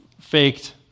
faked